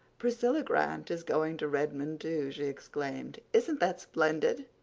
priscilla grant is going to redmond, too, she exclaimed. isn't that splendid?